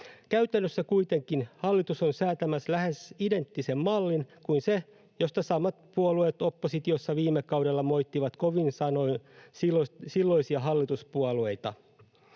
Käytännössä kuitenkin hallitus on säätämässä lähes identtisen mallin kuin se, josta samat puolueet oppositiossa viime kaudella moittivat kovin sanoin silloisia hallituspuolueita.